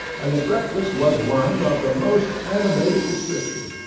and the breakfast was one of the most animated description.